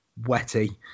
wetty